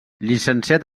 llicenciat